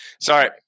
Sorry